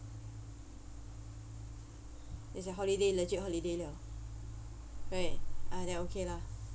it's your holiday legit holiday liao right ah then okay lah